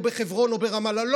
בחברון או ברמאללה.